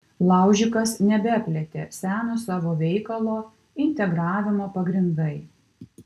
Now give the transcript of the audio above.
laužikas nebeplėtė seno savo veikalo integravimo pagrindai